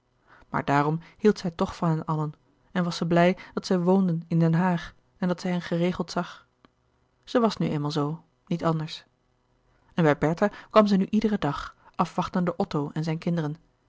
maar daarom hield zij toch van hen allen en was zij blij dat zij woonden in den haag en dat zij hen geregeld zag zij was nu eenmaal zoo niet anders en bij bertha kwam zij nu iederen dag afwachtende otto en zijne kinderen